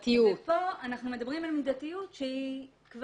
המושג הזה כל